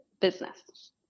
business